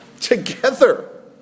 together